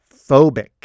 phobic